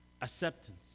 Acceptance